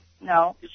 No